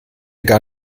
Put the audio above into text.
gar